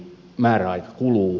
määräaika kuluu